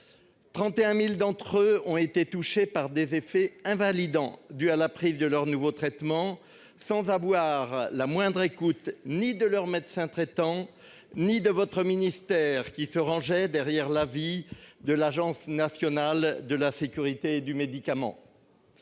31 000 d'entre eux ont été touchés par des effets invalidants dus à la prise de leur nouveau traitement, sans qu'ils bénéficient de la moindre écoute de la part de leur médecin traitant ou de votre ministère, qui se rangeaient derrière l'avis de l'Agence nationale de sécurité du médicament